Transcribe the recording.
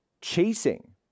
chasing